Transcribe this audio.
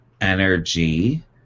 energy